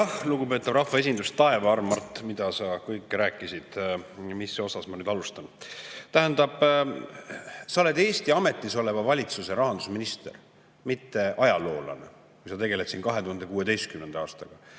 lugupeetav rahvaesindus! Taeva arm, Mart, mida sa kõike rääkisid! Mis otsast ma nüüd alustan? Sa oled Eesti ametisoleva valitsuse rahandusminister, mitte ajaloolane, ja sa tegeled siin 2016. aastaga.